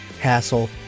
hassle